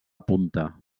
punta